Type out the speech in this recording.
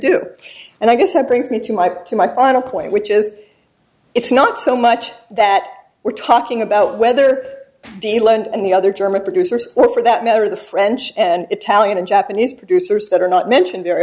do and i guess that brings me to my part to my final point which is it's not so much that we're talking about whether the length and the other german producers or for that matter the french and italian and japanese producers that are not mentioned very